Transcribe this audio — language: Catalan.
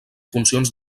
funcions